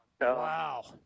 Wow